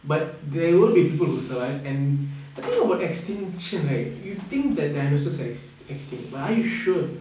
but there will be people who survived and the thing about extinction right you think that dinosaurs are extinct but are you sure